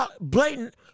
blatant